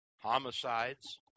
homicides